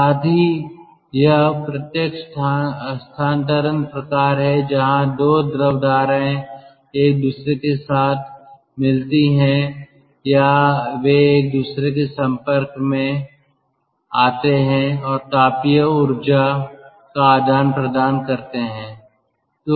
साथ ही यह प्रत्यक्ष हस्तांतरण प्रकार है जहां 2 द्रव धाराएं एक दूसरे के साथ मिलती हैं या वे एक दूसरे के संपर्क में आते हैं और तापीय ऊर्जा का आदान प्रदान करते हैं